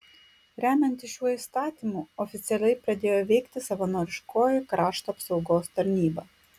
remiantis šiuo įstatymu oficialiai pradėjo veikti savanoriškoji krašto apsaugos tarnyba